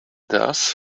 thus